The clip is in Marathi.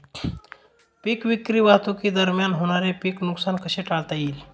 पीक विक्री वाहतुकीदरम्यान होणारे पीक नुकसान कसे टाळता येईल?